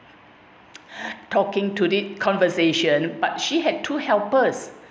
talking to the conversation but she had two helpers